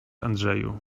andrzeju